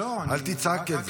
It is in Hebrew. אל תצעק את זה.